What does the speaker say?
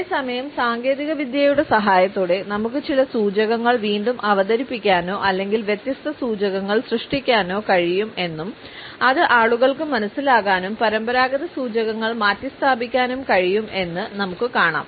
അതേസമയം സാങ്കേതികവിദ്യയുടെ സഹായത്തോടെ നമുക്ക് ചില സൂചകങ്ങൾ വീണ്ടും അവതരിപ്പിക്കാനോ അല്ലെങ്കിൽ വ്യത്യസ്ത സൂചകങ്ങൾ സൃഷ്ടിക്കാനോ കഴിയും എന്നും അത് ആളുകൾക്ക് മനസിലാക്കാനും പരമ്പരാഗത സൂചകങ്ങൾ മാറ്റിസ്ഥാപിക്കാനും കഴിയും എന്ന് എന്ന് നമുക്ക് കാണാം